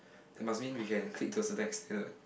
that must mean we can click to a certain extent what